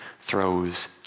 throws